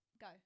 Go